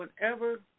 whenever